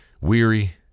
weary